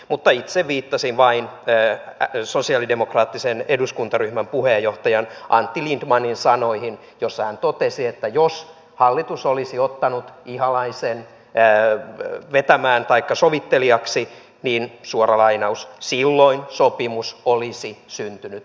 mutta itse viittasin vain sosialidemokraattisen eduskuntaryhmän puheenjohtajan antti lindtmanin sanoihin joissa hän totesi että jos hallitus olisi ottanut ihalaisen vetämään taikka sovittelijaksi niin silloin sopimus olisi syntynyt